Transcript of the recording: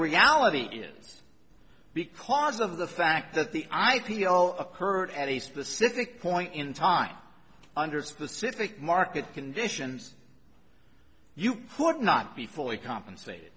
reality is because of the fact that the i p l occurred at a specific point in time under specific market conditions you put not be fully compensated